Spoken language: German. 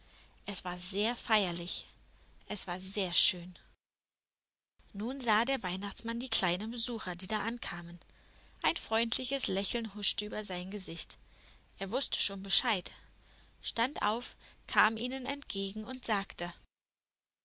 es war sehr feierlich es war sehr schön nun sah der weihnachtsmann die kleinen besucher die da ankamen ein freundliches lächeln huschte über sein gesicht er wußte schon bescheid stand auf kam ihnen entgegen und sagte